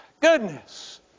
goodness